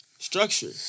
Structure